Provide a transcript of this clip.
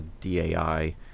DAI